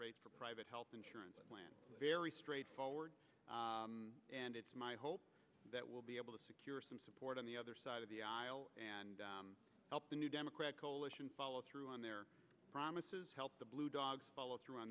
rates for private health insurance plans very straightforward and it's my hope that we'll be able to secure some support on the other side of the aisle and help the new democrat coalition follow through on their promises help the blue dogs follow through on